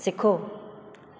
सिखो